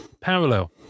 parallel